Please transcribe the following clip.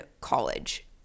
college